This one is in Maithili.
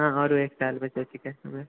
हँ आओर एक साल बचल थिके हमर